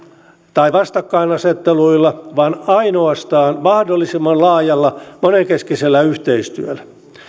tai vastakkainasetteluilla vaan ainoastaan mahdollisimman laajalla monenkeskisellä yhteistyöllä